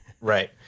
Right